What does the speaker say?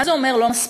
מה זה אומר לא מספיק?